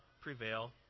prevail